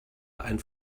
ein